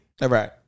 Right